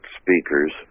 speakers